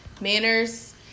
manners